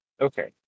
Okay